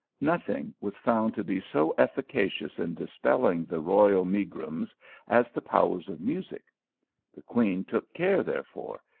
nothing was found to be so efficacious in dispel ling the royal megrims as the powers of music the queen took care, therefore,